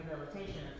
rehabilitation